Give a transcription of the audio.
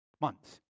months